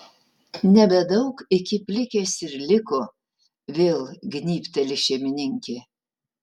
nebedaug iki plikės ir liko vėl gnybteli šeimininkė